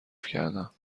کردم